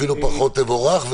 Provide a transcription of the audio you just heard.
אפילו פחות, תבורך.